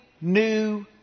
new